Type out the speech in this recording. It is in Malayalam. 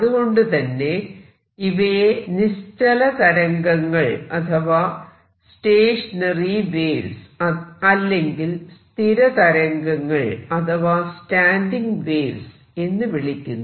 അതുകൊണ്ടുതന്നെ ഇവയെ നിശ്ചല തരംഗങ്ങൾ അഥവാ സ്റ്റേഷനറി വേവ്സ് അല്ലെങ്കിൽ സ്ഥിര തരംഗങ്ങൾ അഥവാ സ്റ്റാൻഡിങ് വേവ്സ് എന്ന് വിളിക്കുന്നു